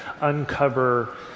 uncover